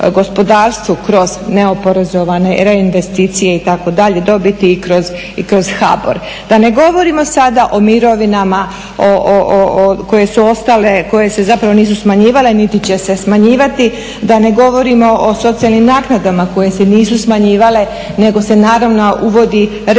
gospodarstvu kroz neoporezovane reinvesticije itd., dobiti i kroz HBOR. Da ne govorimo sada o mirovinama koje su ostale, koje se zapravo nisu smanjivale niti će se smanjivati, da ne govorimo o socijalnim naknadama koje se nisu smanjivale nego se naravno uvodi reda